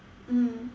mmhmm